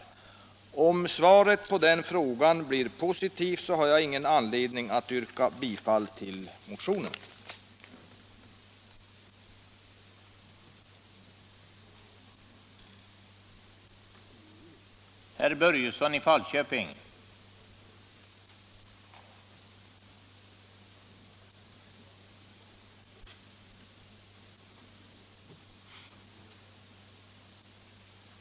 Om svaret på den frågan blir positivt har jag ingen anledning att yrka bifall till motionen.